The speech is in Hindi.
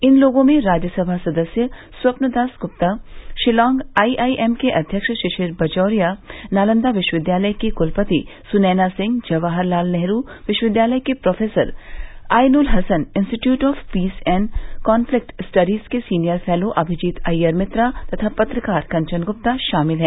इन लोगों में राज्यसभा सदस्य Swapan Das Gupta Shillong I I M के अध्यक्ष शिशिर बजोरिया नालंदा विश्वविद्यालय की कुलपति सुनैना सिंह जवाहरलाल नेहरु विश्वविद्यालय के professor Ainul Hasan institute of peace and conflict studies के सीनियर फैलो अभिजीत अय्यर मित्रा तथा पत्रकार कंचन गुप्ता शामिल है